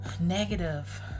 negative